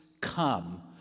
come